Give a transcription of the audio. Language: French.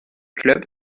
clubs